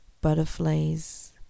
butterflies